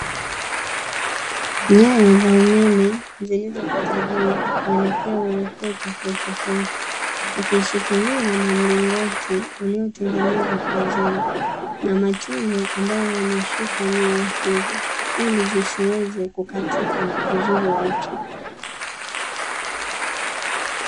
Nyaya za umeme zilizo pita juu kuelekea uelekeo tofautitofauti, ikishikiliwa na mlingoti uliotengenezwa kwa zege na matirio ambayo yameshika nyaya hizo ili zisiweze kukatika na kudhuru watu.